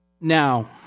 Now